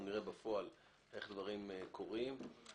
את מה שהוא לא בניין שעיקרו מגורים הוצאנו החוצה,